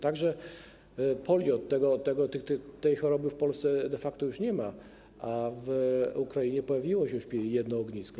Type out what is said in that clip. Także polio - tej choroby w Polsce de facto już nie ma, a w Ukrainie pojawiło się już jedno ognisko.